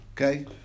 okay